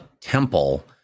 temple